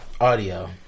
audio